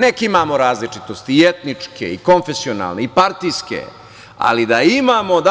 Neka imamo različitosti i etničke i konfesionalne i partijske, ali da imamo